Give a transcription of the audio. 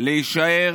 להישאר